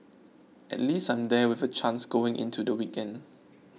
at least I'm there with a chance going into the weekend